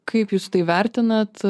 kaip jūs tai vertinat